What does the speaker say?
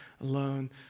alone